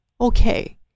okay